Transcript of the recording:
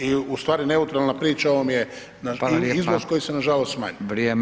I ustvari neutralna priča o ovom je [[Upadica: Hvala lijepa, vrijeme.]] i izvoz koji se nažalost smanjujem.